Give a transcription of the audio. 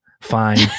fine